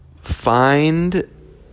Find